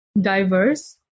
diverse